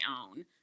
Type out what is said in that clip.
own